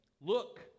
look